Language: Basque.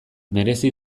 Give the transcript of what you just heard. merezi